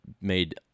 made